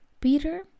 Peter